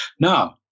Now